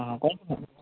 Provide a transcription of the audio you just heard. ହଁ କଣ